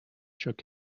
shook